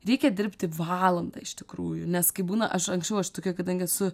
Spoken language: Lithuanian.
reikia dirbti valandą iš tikrųjų nes kai būna aš anksčiau aš tokia kadangi esu